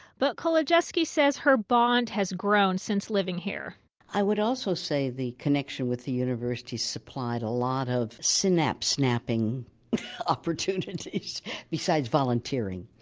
but kolodziejski says her bond has grown since living here i would also say be the connection with the university supplied a lot of synapse snapping opportunities besides volunteering.